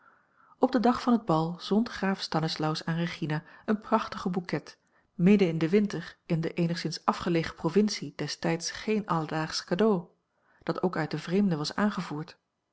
op den dag van het bal zond graaf stanislaus aan regina een prachtigen bouquet midden in den winter in de eenigszins afgelegen provincie destijds geen alledaagsch cadeau en dat ook uit den vreemde was aangevoerd